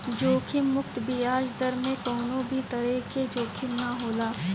जोखिम मुक्त बियाज दर में कवनो भी तरही कअ जोखिम ना होला